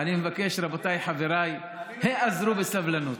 אני מבקש רבותיי, חבריי, היאזרו בסבלנות.